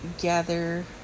gather